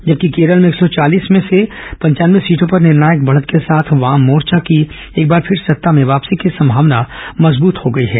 जबकि केरल में एक सौ चालीस में से पंचानवे सीटों पर निर्णायक बढ़त के साथ वाम मोर्चा की एक बार फिर सत्ता में वापसी की संमावना मजबूत हो गई है